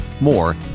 More